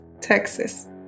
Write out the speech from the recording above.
Texas